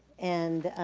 and